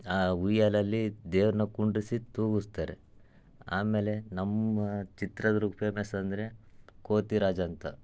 ಆ ಉಯ್ಯಾಲೆಯಲ್ಲಿ ದೇವ್ರನ್ನ ಕುಂಡುರ್ಸಿ ತೂಗಿಸ್ತಾರೆ ಆಮೇಲೆ ನಮ್ಮ ಚಿತ್ರದುರ್ಗಕ್ಕೆ ಫೇಮಸ್ ಅಂದರೆ ಕೋತಿರಾಜ ಅಂತ